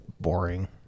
boring